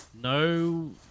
No